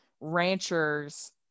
ranchers